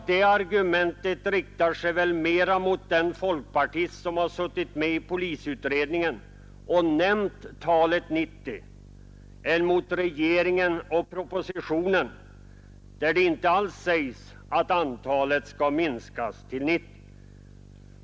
Det argumentet riktar sig väl mera mot den folkpartist som suttit i polisutredningen och nämnt talet 90 än mot regeringen och propositionen, där det inte alls sägs att antalet skall minskas till 90.